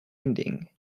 ending